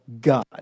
God